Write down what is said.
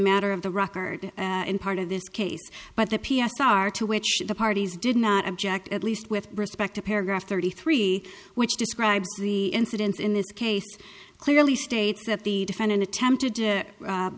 matter of the record in part of this case but the p s r to which the parties did not object at least with respect to paragraph thirty three which describes the incidents in this case clearly states that the defendant attempted to